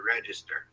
register